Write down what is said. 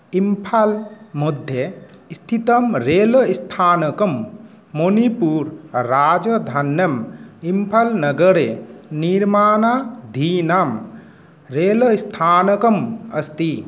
इम्फाल् मध्ये स्थितं रैल् स्थानकं मणिपूर् राजधान्याम् इम्फाल् नगरे निर्माणधीनां रैल् स्थानकम् अस्ति